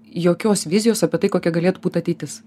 jokios vizijos apie tai kokia galėtų būt ateitis